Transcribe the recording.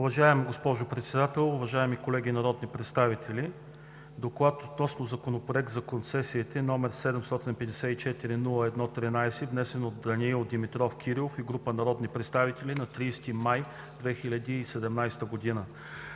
Уважаема госпожо Председател, уважаеми колеги народни представители! „ДОКЛАД относно Законопроект за концесиите, № 754-01-13, внесен от Данаил Димитров Кирилов и група народни представители на 30 май 2017 г.